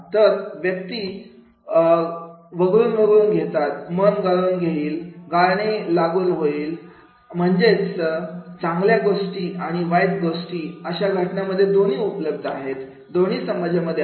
तर व्यक्ती व्यक्ती गाळून घेतील मन गाळून घेईल गाळणे लागू होईल म्हणजेच चांगल्या गोष्टी आणि वाईट गोष्टी आणि अशा घटनेमध्ये दोन्ही उपलब्ध आहेत दोन्ही समाजामध्ये आहेत